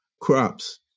crops